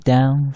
Down